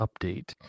update